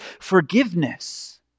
forgiveness